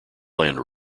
land